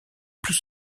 plus